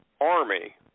army